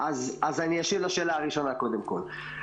אני אשיב לשאלה הראשונה, קודם כל.